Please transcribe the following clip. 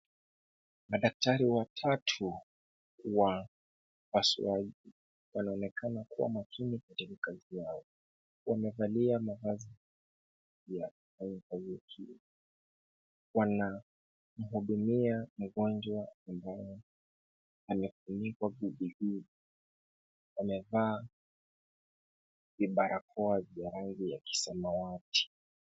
Madaktari watatu wa upasuaji wanaonekana kuwa makini katika kazi yao. Wamevalia mavazi ya kufanya kazi hiyo. Wanamhudumia mgonjwa ambaye amefunikwa gubigubi. Wamevaa vibarakoa vya rangi ya kisamawati.